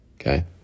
Okay